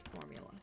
formula